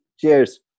Cheers